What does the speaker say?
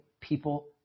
people